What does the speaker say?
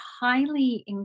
highly